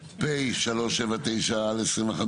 (פ/379/25)